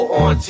on